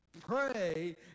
Pray